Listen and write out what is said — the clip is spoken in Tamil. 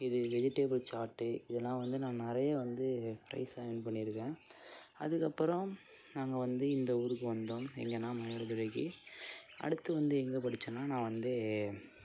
இது வெஜிடபிள் ச்சார்ட்டு இதெலாம் வந்து நான் நிறைய வந்து ப்ரைஸ் வின் பண்ணியிருக்கேன் அதுக்கப்புறம் நாங்கள் வந்து இந்த ஊருக்கு வந்தோம் எங்கேனா மயிலாடுதுறைக்கு அடுத்து வந்து நான் எங்கே படித்தேனா நான் வந்து